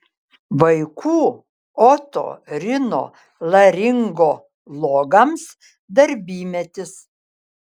vaikų otorinolaringologams darbymetis